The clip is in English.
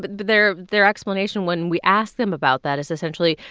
but their their explanation when we asked them about that is, essentially,